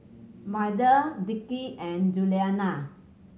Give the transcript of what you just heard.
Maida Dickie and Juliana